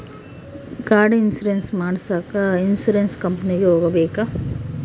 ಗಾಡಿ ಇನ್ಸುರೆನ್ಸ್ ಮಾಡಸಾಕ ಇನ್ಸುರೆನ್ಸ್ ಕಂಪನಿಗೆ ಹೋಗಬೇಕಾ?